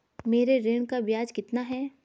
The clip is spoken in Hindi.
मेरे ऋण का ब्याज कितना है?